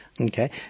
Okay